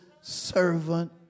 servant